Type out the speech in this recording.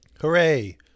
Hooray